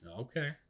Okay